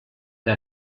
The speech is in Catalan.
que